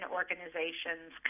organizations